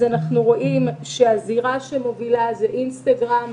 רואים שהזירה המובילה היא אינסטגרם,